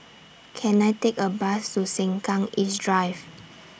Can I Take A Bus to Sengkang East Drive